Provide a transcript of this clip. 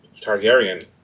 Targaryen